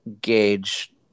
gauge